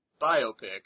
Biopic